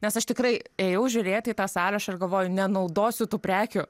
nes aš tikrai ėjau žiūrėti į tą sąrašą ir galvoju nenaudosiu tų prekių